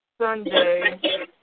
Sunday